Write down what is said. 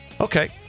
Okay